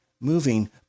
moving